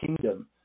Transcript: kingdom